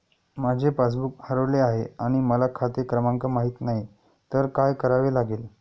माझे पासबूक हरवले आहे आणि मला खाते क्रमांक माहित नाही तर काय करावे लागेल?